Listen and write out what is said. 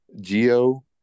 Geo